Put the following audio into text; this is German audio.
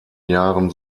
jahren